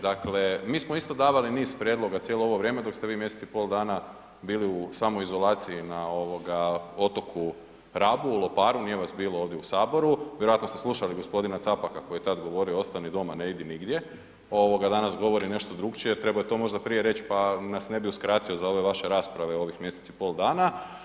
Dakle, mi smo isto davali niz prijedloga cijelo ovo vrijeme dok ste vi mjesec i pol dana bili u samoizolaciji na ovoga otoku Rabu, u Loparu, nije vas bilo ovdje u saboru, vjerojatno ste slušali g. Capaka koji je tad govorio „ostani doma ne idi nigdje“ ovoga danas govori nešto drukčije, trebao je to možda prije reć, pa nas ne bi uskratio za ove vaše rasprave ovih mjesec i pol dana.